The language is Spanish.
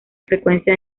frecuencia